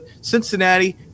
Cincinnati